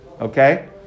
Okay